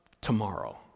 tomorrow